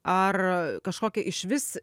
ar kažkokią išvis